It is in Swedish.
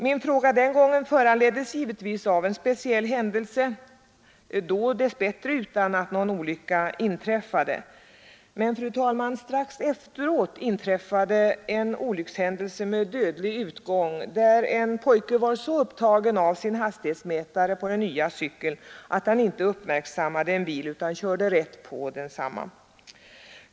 Min fråga den gången föranleddes givetvis av en speciell händelse, men dess bättre utan att någon olycka då inträffade. Men, fru talman, strax efteråt inträffade en olyckshändelse med dödlig utgång, där en pojke var så upptagen av sin hastighetsmätare på den nya cykeln att han inte uppmärksammade en bil utan körde rätt på den.